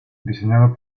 diseñado